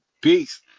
Peace